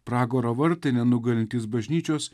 pragaro vartai nenugalintys bažnyčios